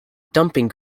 dumping